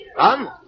Come